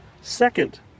second